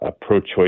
pro-choice